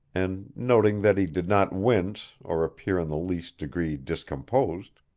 and noting that he did not wince or appear in the least degree discomposed,